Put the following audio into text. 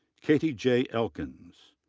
katie j. elkins.